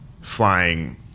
flying